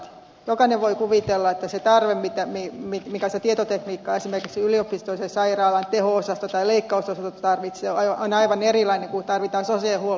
jokainen voi kuvitella että se tarve mitä tietotekniikkaa esimerkiksi yliopistollisen sairaalan teho osasto tai leikkausosasto tarvitsee on aivan erilainen kuin mitä tarvitaan sosiaalihuollossa tai esimerkiksi kehitysvammahuollossa